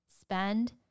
spend